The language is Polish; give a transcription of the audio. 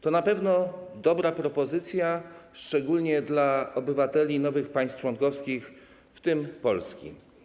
To na pewno dobra propozycja, szczególnie dla obywateli nowych państw członkowskich, w tym Polski.